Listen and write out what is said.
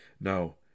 Now